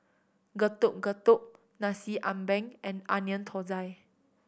Getuk Getuk Nasi Ambeng and Onion Thosai